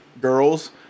girls